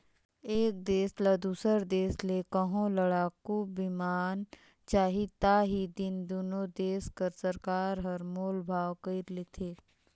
एक देस ल दूसर देस ले कहों लड़ाकू बिमान चाही ता ही दिन दुनो देस कर सरकार हर मोल भाव कइर लेथें